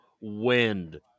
Wind